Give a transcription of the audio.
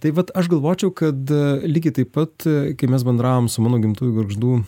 tai vat aš galvočiau kad lygiai taip pat kai mes bendravom su mano gimtųjų gargždų